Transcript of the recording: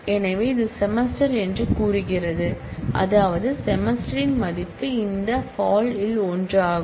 எனவே இது செமஸ்டர் என்று கூறுகிறது அதாவது செமஸ்டரின் மதிப்பு இந்த பால்ல் ஒன்றாகும்